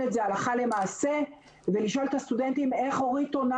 זאת הלכה למעשה ולשאול את הסטודנטים איך אורית עונה